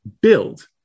build